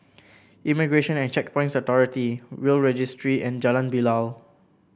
Immigration and Checkpoints Authority Will's Registry and Jalan Bilal